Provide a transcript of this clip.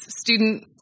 student